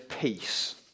peace